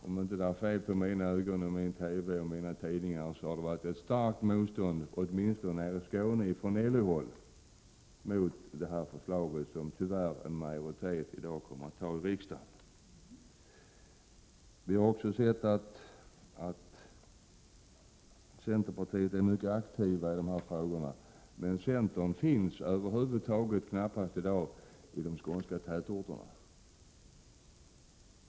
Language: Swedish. Om det inte är fel på mina ögon, min TV och mina tidningar, så har det funnits ett starkt motstånd åtminstone i Skåne från LO-håll mot detta förslag som en majoritet tyvärr kommer att fatta beslut om i riksdagen. Vi har också sett att centerpartiet är mycket aktivt i dessa frågor. Men centerpartiet finns över huvud taget knappast representerat i de skånska tätorterna.